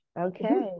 Okay